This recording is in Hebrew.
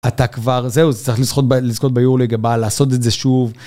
אתה כבר, זהו, צריך לזכות ביורו ליג הבא, לעשות את זה שוב.